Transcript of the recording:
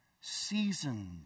seasoned